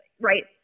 Right